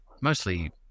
mostly